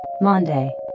Monday